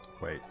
Wait